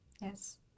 Yes